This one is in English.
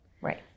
Right